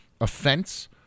offense